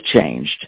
changed